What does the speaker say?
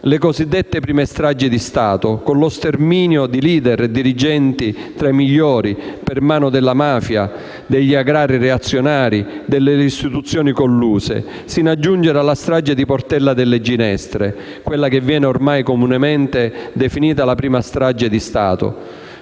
le cosiddette prime stragi di Stato con lo sterminio dei migliori *leader* e dirigenti per mano della mafia, degli agrari reazionari, delle istituzioni colluse, sino a giungere alla strage di Portella della Ginestra, quella che viene ormai comunemente definita la prima strage di Stato.